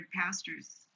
pastors